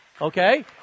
Okay